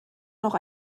noch